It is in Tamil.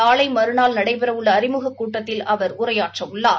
நாளை மறுநாள் நடைபெறவுள்ள அறிமுகக் கூட்டத்தில் அவர் உரையாற்றவுள்ளார்